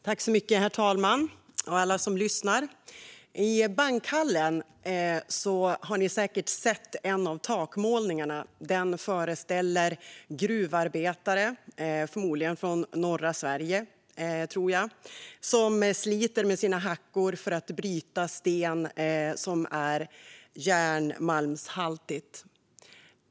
Herr talman och alla som lyssnar! Ni har säkert sett en av takmålningarna i Bankhallen. Den föreställer gruvarbetare, förmodligen från norra Sverige, som sliter med sina hackor för att bryta järnmalmshaltig sten.